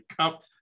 Cup